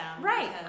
right